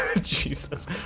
Jesus